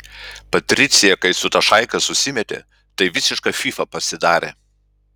patricija kai su ta šaika susimetė tai visiška fyfa pasidarė